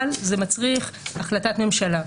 אבל זה מצריך החלטת ממשלה.